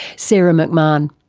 sarah mcmahon.